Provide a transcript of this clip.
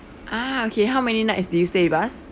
ah okay how many nights did you stay with us